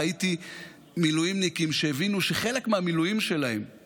ראיתי מילואימניקים שהבינו שחלק מהמילואים שלהם הוא